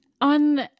on